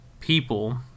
people